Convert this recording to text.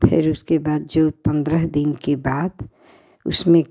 फिर उसके बाद जो पंद्रह दिन के बाद उसमें